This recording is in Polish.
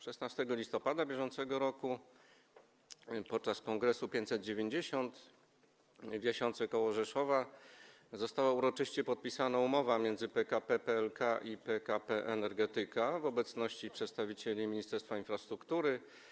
16 listopada br. podczas Kongresu 590 w Jasionce k. Rzeszowa została uroczyście podpisana umowa między zarządami spółek PKP PLK i PKP Energetyka w obecności przedstawicieli Ministerstwa Infrastruktury.